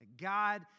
God